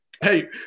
Hey